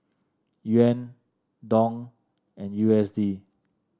Yuan Dong and U S D